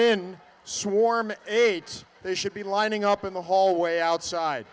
in swarm eights they should be lining up in the hallway outside